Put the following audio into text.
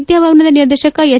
ವಿದ್ಯಾಭವನದ ನಿರ್ದೇಶಕ ಎಚ್